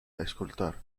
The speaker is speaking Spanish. escultor